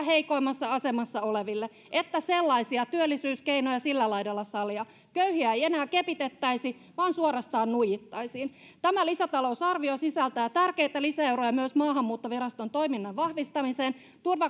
heikoimmassa asemassa oleville että sellaisia työllisyyskeinoja sillä laidalla salia köyhiä ei enää kepitettäisi vaan suorastaan nuijittaisiin tämä lisätalousarvio sisältää tärkeitä lisäeuroja myös maahanmuuttoviraston toiminnan vahvistamiseen